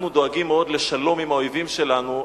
אנחנו דואגים מאוד לשלום עם האויבים שלנו,